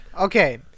Okay